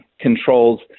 controls